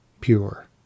pure